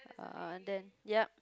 uh then yup